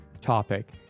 topic